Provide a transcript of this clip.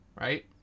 Right